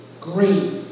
great